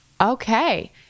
Okay